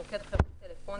מוקד חירום טלפוני,